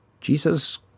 Jesus